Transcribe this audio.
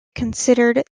considered